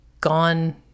gone